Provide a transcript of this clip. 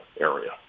area